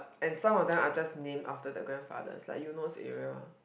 and some of them are just named after their grandfathers like Eunos area